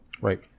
Right